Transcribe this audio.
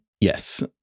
Yes